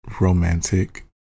romantic